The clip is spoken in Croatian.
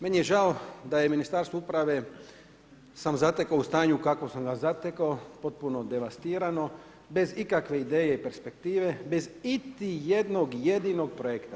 Meni je žao, da je Ministarstvo uprave, sam zatekao u stanju, kakvom sam ga zatekao, potpuno devastirano, bez ikakve ideje i perspektive, bez iti jednog jedinog projekta.